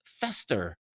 fester